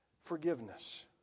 forgiveness